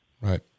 Right